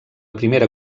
primera